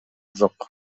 жок